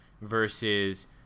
versus